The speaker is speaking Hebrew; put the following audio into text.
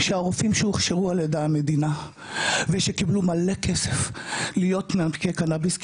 שהרופאים הוכשרו על ידי המדינה ושקיבלו הרבה כסף להיות מנפקי קנאביס,